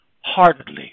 heartedly